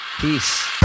Peace